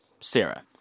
Sarah